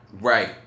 Right